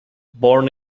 born